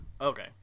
okay